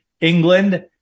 England